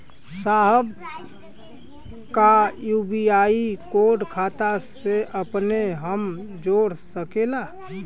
साहब का UPI code खाता से अपने हम जोड़ सकेला?